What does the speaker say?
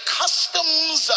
customs